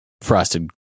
frosted